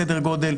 סדר גודל,